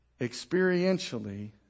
experientially